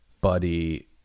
buddy